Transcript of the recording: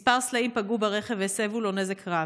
מספר סלעים פגעו ברכב והסבו לו נזק רב.